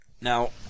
now